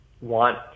want